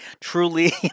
truly